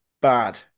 bad